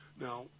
Now